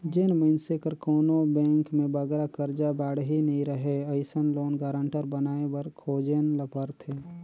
जेन मइनसे कर कोनो बेंक में बगरा करजा बाड़ही नी रहें अइसन लोन गारंटर बनाए बर खोजेन ल परथे